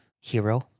hero